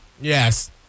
Yes